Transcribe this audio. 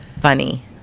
funny